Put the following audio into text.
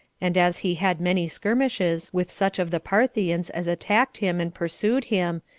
and as he had many skirmishes with such of the parthians as attacked him and pursued him,